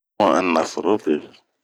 Bun a naforo be.